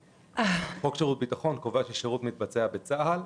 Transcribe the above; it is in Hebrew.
חוק שירות הביטחון קובע ששירות הביטחון מתבצע בצה"ל,